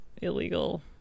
illegal